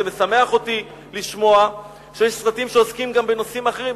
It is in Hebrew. זה משמח אותי לשמוע שיש סרטים שעוסקים גם בנושאים אחרים.